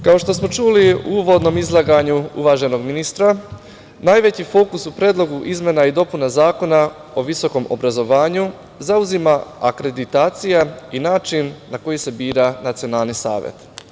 Kao što smo čuli u uvodnom izlaganju uvaženog ministra, najveći fokus u Predlogu izmena i dopuna Zakona o visokom obrazovanju zauzima akreditacija i način na koji se bira Nacionalni savet.